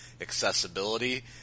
accessibility